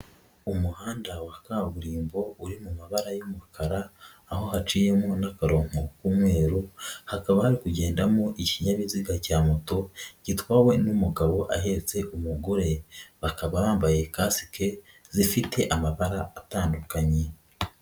Umuhanda wa kaburimbo uri mu mabara y'umukara, aho haciyemo n'akarongo k'umweru, hakaba hari kugendamo ikinyabiziga cya moto gitwawe n'umugabo ahetse umugore, bakaba bambaye kasike zifite amabara atandukanye.